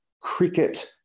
Cricket